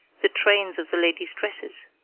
the trains of the ladies' dresses.